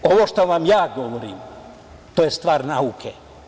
Ovo što vam ja govorim je stvar nauke.